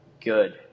good